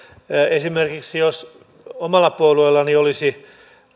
esimerkiksi jos omalla puolueellani olisi